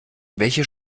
welche